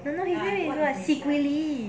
!walao! his name is what secretly